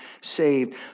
saved